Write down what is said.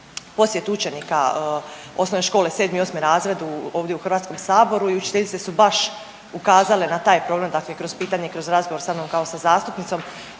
učenika osnovne škole, 7., 8. razred ovdje u HS-u i učiteljice su baš ukazale na taj problem, dakle kroz pitanje i kroz razgovor sa mnom kao sa zastupnicom,